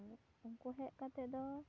ᱩᱱᱠᱩ ᱦᱮᱡ ᱠᱟᱛᱮ ᱫᱚ